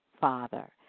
Father